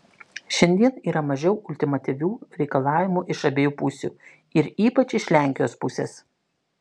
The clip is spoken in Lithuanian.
šiandien yra mažiau ultimatyvių reikalavimų iš abiejų pusių ir ypač iš lenkijos pusės